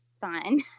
fun